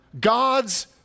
God's